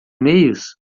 meios